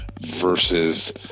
versus